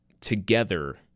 together